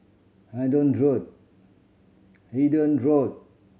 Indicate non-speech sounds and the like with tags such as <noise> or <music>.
<unintelligible> Road Hendon Road